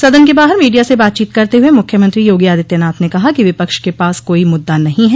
सदन के बाहर मीडिया से बातचीत करते हुए मुख्यमंत्री योगी आदित्यनाथ ने कहा कि विपक्ष के पास कोई मुद्दा नहीं है